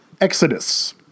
exodus